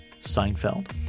Seinfeld